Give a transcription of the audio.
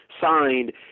signed